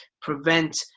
prevent